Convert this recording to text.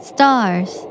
Stars